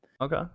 Okay